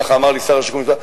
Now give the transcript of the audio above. ככה אמר לי שר השיכון,